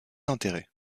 intérêts